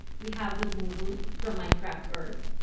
we have the moobloom from minecraft earth,